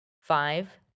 five